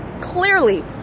clearly